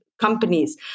companies